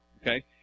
okay